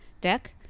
deck